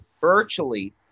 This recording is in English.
virtually